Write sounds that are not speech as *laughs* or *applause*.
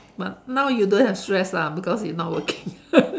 but now you don't have stress lah because you not working *laughs*